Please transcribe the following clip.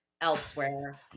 elsewhere